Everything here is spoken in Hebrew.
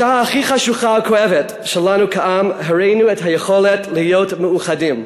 בשעה הכי חשוכה וכואבת שלנו כעם הראינו את היכולת להיות מאוחדים.